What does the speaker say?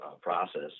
process